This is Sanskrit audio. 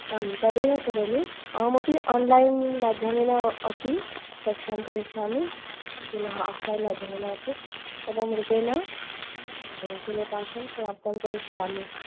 आम् तदेव करोमि अहमपि आन्लैन् माध्यमेन अपि कक्षां करिष्यामि पुनः आफ़्लैन् माध्यमेनापि एवं रूपेण सिलेबस् अहं समाप्तं करिष्यामि